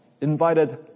invited